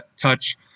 touch